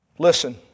Listen